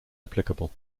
applicable